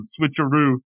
switcheroo